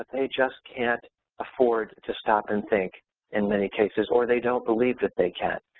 ah they just can't afford to stop and think in many cases or they don't believe that they can.